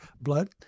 blood